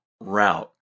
route